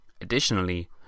Additionally